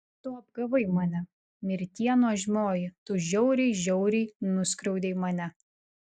tu apgavai mane mirtie nuožmioji tu žiauriai žiauriai nuskriaudei mane